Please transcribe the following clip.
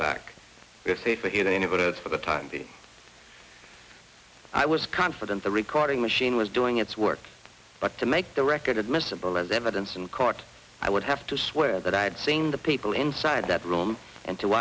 back we're safer here than it is for the time i was confident the recording machine was doing its work but to make the record admissible as evidence in court i would have to swear that i had seen the people inside that room and to